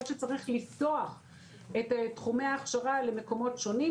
יכול להיות שצריך לפתוח את תחומי ההכשרה למקומות שנים.